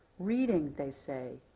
reading, they say,